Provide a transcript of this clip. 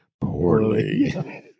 poorly